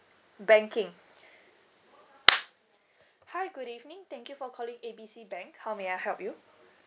banking hi good evening thank you for calling A B C bank how may I help you